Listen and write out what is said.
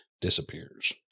disappears